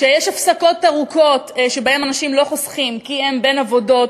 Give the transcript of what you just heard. כשיש הפסקות ארוכות שבהן אנשים לא חוסכים כי הם בין עבודות,